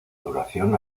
duración